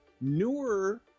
newer